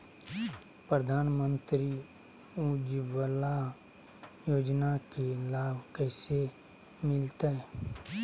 प्रधानमंत्री उज्वला योजना के लाभ कैसे मैलतैय?